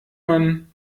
man